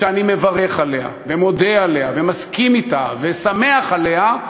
שאני מברך עליה ומודה עליה ומסכים לה ושמח עליה,